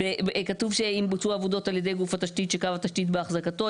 כתוב שאם בוצעו עבודות על ידי גוף התשתית שקו התשתית בהחזקתו,